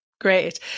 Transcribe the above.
great